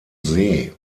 see